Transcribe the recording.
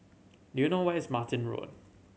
do you know where is Martin Road